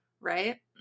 right